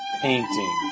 painting